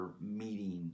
meeting